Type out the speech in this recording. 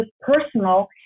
personal